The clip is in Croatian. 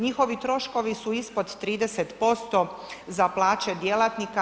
Njihovi troškovi su ispod 30% za plaće djelatnika.